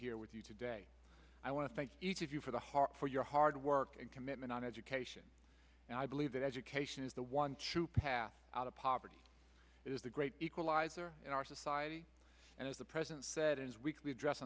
here with you today i want to thank each of you for the hard for your hard work and commitment on education and i believe that education is the one to pass out of poverty is the great equalizer in our society and as the president said in his weekly address